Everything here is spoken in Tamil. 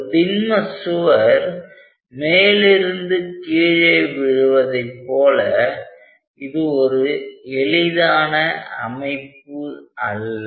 ஒரு திண்ம சுவர் மேலிருந்து கீழே விழுவதைப் போல இது ஒரு எளிதான அமைப்பு அல்ல